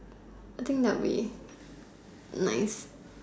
I think that would be nice